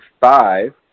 five